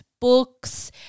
books